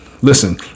Listen